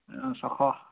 অঁ ছশ